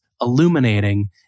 illuminating